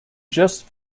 just